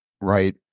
right